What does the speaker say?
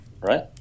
right